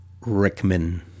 Rickman